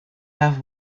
have